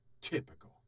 Typical